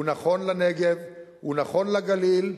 הוא נכון לנגב, הוא נכון לגליל,